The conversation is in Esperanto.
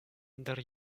inter